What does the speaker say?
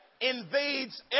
invades